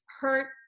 hurt